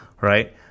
right